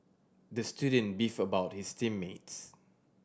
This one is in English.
the student beefed about his team mates